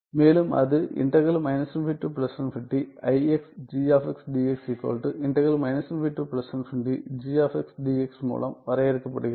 மேலும் அது மூலம் வரையறுக்கப்படுகிறது